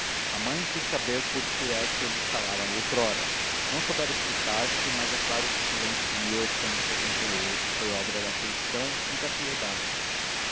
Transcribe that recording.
a mãe quis saber por que é que eles calaram outrora não souberam explicar-se mas é claro que o silêncio de foi obra da afeição e da piedade